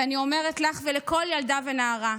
ואני אומרת לך ולכל ילדה ונערה: